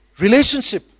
relationship